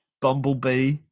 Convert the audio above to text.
bumblebee